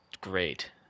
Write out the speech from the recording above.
Great